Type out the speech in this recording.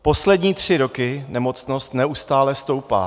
Poslední tři roky nemocnost neustále stoupá.